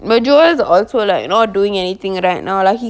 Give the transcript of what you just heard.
majority are also like you not doing anything right now lah he